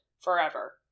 Forever